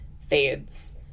fades